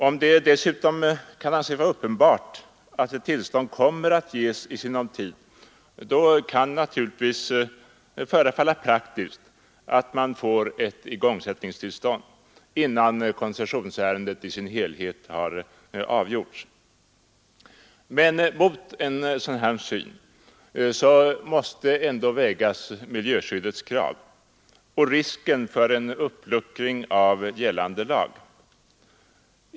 Om det dessutom kan anses vara uppenbart att ett tillstånd kommer att ges i sinom tid, kan det naturligtvis förefalla praktiskt att man får ett igångsättningstillstånd innan koncessionsärendet i dess helhet har avgjorts. Men mot en sådan syn måste ändå vägas miljöskyddets krav och risken för en uppluckring av gällande lag.